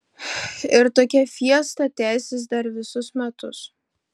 ir tokia fiesta tęsis dar visus metus